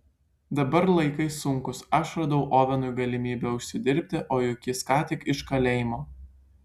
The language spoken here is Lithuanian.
dabar laikai sunkūs aš radau ovenui galimybę užsidirbti o juk jis ką tik iš kalėjimo